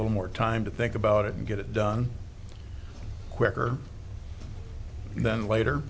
little more time to think about it and get it done quicker than later